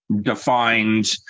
defined